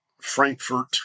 Frankfurt